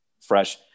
fresh